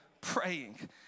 praying